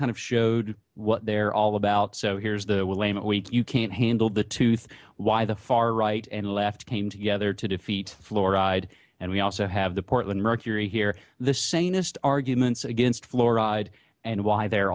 kind of showed what they're all about so here's the willamette week you can't handle the tooth why the far right and left came together to defeat fluoride and we also have the portland mercury here the same ist arguments against fluoride and why they're